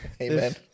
Amen